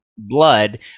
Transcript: blood